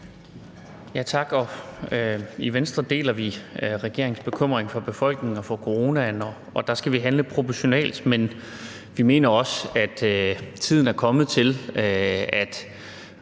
(V): Tak. I Venstre deler vi regeringens bekymring for befolkningen og for coronaen, og der skal vi handle proportionalt. Men vi mener også, at tiden er kommet til, at